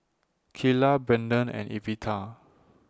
Keila Brenden and Evita